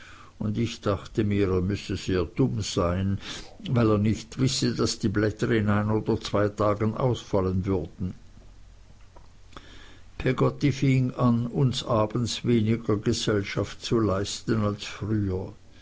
und ich dachte mir er müsse sehr dumm sein weil er nicht wisse daß die blätter in ein oder zwei tagen ausfallen würden peggotty fing an uns abends weniger oft gesellschaft zu leisten als früher